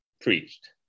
preached